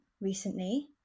recently